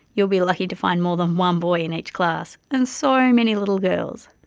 you'll be lucky to find more than one boy in each class, and so many little girls.